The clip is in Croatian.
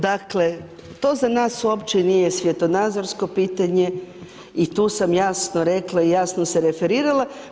Dakle, to za nas uopće nije svjetonazorsko pitanje i tu sam jasno rekla i jasno se referirala.